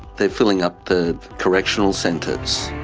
they're filling up the correctional centres.